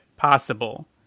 Possible